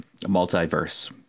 multiverse